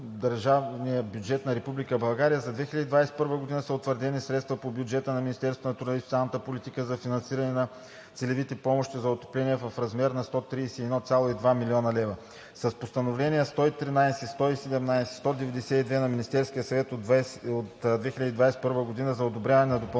държавния бюджет на Република България за 2021 г. са утвърдени средства по бюджета на Министерството на труда и социалната политика за финансиране на целевите помощи за отопление в размер 131,2 млн. лв. С Постановления № 113, № 177 и № 192 на Министерския съвет от 2021 г. за одобряване на допълнителни